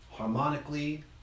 harmonically